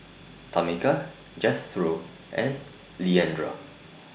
Tameka Jethro and Leandra